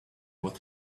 what